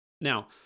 Now